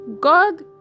God